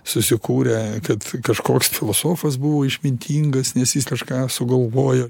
susikūrę kad kažkoks filosofas buvo išmintingas nes jis kažką sugalvojo